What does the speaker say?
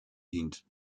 dient